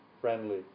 friendly